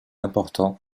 important